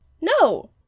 No